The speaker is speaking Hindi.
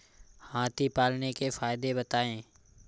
हाथी पालने के फायदे बताए?